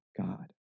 God